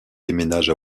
déménage